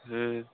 हूँ